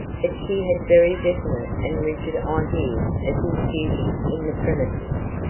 but she had very definite and rigid ideas of his duty in the premises.